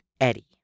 Eddie